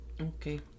Okay